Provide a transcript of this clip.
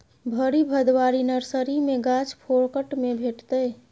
भरि भदवारी नर्सरी मे गाछ फोकट मे भेटितै